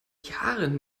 jahren